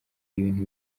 ibintu